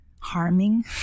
harming